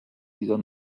dieser